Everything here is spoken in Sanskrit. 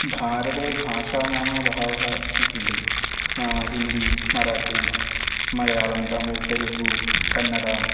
भारते भाषा नाम बहवः सन्ति हिन्दी मराठी मलयालं तमिल् तेलुगु कन्नडा